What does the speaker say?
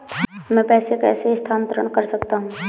मैं पैसे कैसे स्थानांतरण कर सकता हूँ?